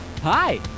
Hi